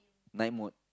night mode